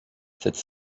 cette